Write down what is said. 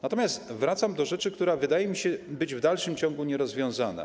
Natomiast wracam do rzeczy, która, wydaje mi się, w dalszym ciągu nie jest rozwiązana.